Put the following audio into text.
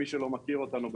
למי שלא מכיר אותנו,